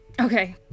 Okay